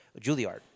Juilliard